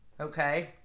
Okay